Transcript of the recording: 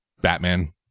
Batman